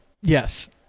Yes